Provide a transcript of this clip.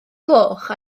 gloch